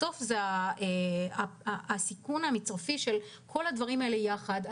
בסוף, זה הסיכון המצרפי של כל הדברים האלה ביחד.